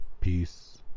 Peace